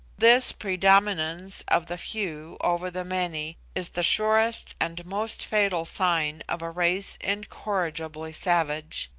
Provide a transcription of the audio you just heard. this predominance of the few over the many is the surest and most fatal sign of a race incorrigibly savage.